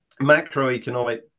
Macroeconomic